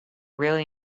really